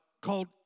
called